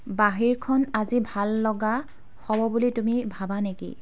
বাহিৰখন আজি ভাল লগা হ'ব বুলি তুমি ভাবা নেকি